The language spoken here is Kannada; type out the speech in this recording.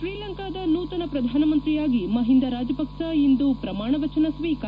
ಶ್ರೀಲಂಕಾದ ನೂತನ ಪ್ರಧಾನಮಂತ್ರಿಯಾಗಿ ಮಹಿಂದಾ ರಾಜಪಕ್ಷ ಇಂದು ಪ್ರಮಾಣ ವಚನ ಸ್ವೀಕಾರ